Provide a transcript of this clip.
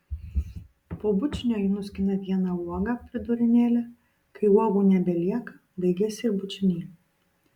po bučinio ji nuskina vieną uogą pridūrė nelė kai uogų nebelieka baigiasi ir bučiniai